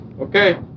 Okay